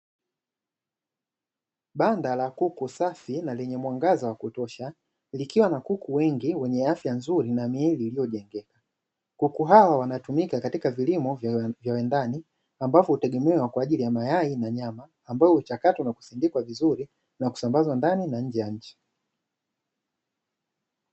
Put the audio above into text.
Banda la kuku safi na lenye mwangaza wa kutosha likiwa na kuku wengi wenye afya nzuri na miili iliyojengeka. Kuku hawa wanatumika katika vilimo vya viwandani ambapo hutegemewa kwa ajili ya mayai na nyama, ambayo huchakatwa na kusindikwa vizuri na kusambazwa ndani na nje ya nchi.